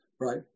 right